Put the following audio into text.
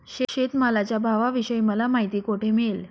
शेतमालाच्या भावाविषयी मला माहिती कोठे मिळेल?